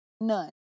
none